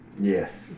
Yes